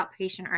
outpatient